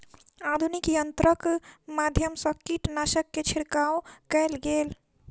आधुनिक यंत्रक माध्यम सँ कीटनाशक के छिड़काव कएल गेल